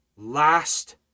last